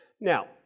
Now